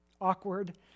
Awkward